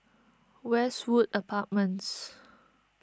Westwood Apartments